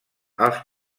els